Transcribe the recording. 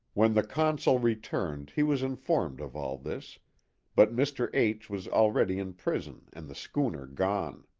when the consul returned he was informed of all this but mr. h was already in prison and the schooner gone.